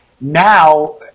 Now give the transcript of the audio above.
now